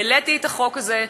העליתי את החוק הזה,